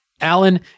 Alan